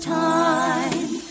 time